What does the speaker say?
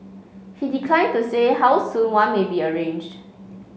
he declined to say how soon one may be arranged